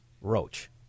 roach